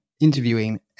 interviewing